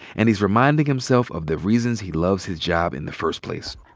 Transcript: and he's reminding himself of the reasons he loves his job in the first place.